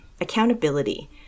accountability